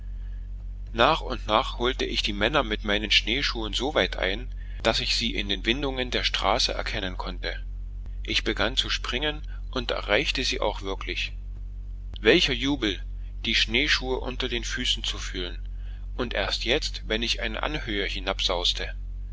nach und nach holte ich die männer mit meinen schneeschuhen soweit ein daß ich sie in den windungen der straße erkennen konnte ich begann zu springen und erreichte sie auch wirklich welcher jubel die schneeschuhe unter den füßen zu fühlen und erst wenn ich eine anhöhe